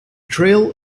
trail